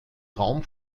traum